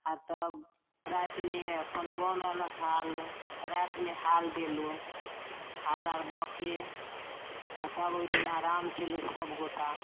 आ तब रातिमे अपन बनल हाल तऽ रातिमे हाल देलहुॅं हाल आर दऽके आ तब ओहिदिना आराम केलहुॅं सब गोटा